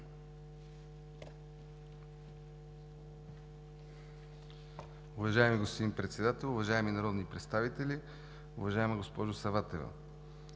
Уважаеми господин Председател, уважаеми народни представители! Уважаема госпожо Саватева,